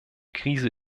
krise